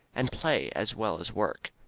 and play as well as work.